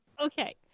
Okay